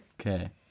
Okay